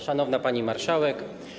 Szanowna Pani Marszałek!